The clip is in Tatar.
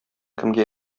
кемгә